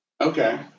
okay